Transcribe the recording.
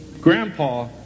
grandpa